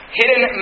hidden